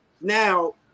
Now